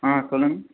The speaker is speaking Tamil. ஆ சொல்லுங்கள்